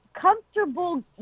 comfortable